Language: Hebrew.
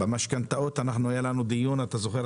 אתה זוכר,